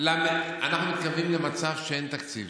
אנחנו מתקרבים למצב שאין תקציב.